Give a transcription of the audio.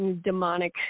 demonic